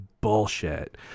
bullshit